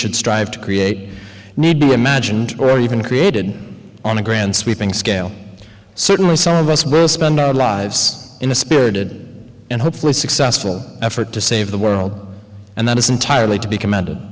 should strive to create a need to imagine and we're even created on a grand sweeping scale certainly some of us will spend our lives in a spirited and hopefully successful effort to save the world and that is entirely to be commende